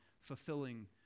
fulfilling